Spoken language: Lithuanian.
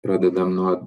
pradedam nuo